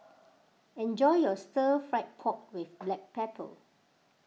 enjoy your Stir Fried Pork with Black Pepper